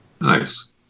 Nice